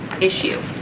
issue